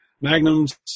Magnum's